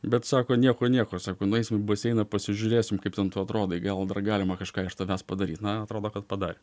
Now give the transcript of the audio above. bet sako nieko nieko sako nueisim į baseiną pasižiūrėsim kaip ten tu atrodai gal dar galima kažką iš tavęs padaryt na atrodo kad padarė